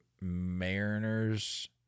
Mariners